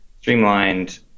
streamlined